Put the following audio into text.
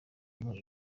muri